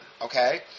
okay